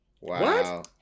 wow